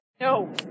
No